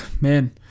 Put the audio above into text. man